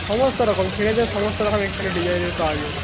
সমস্ত রকম ছেলেদের সমস্ত রকম এখানে ডিজাইনের পাওয়া যায়